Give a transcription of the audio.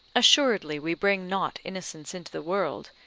assuredly we bring not innocence into the world,